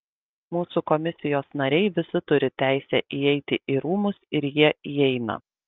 mūsų komisijos nariai visi turi teisę įeiti į rūmus ir jie įeina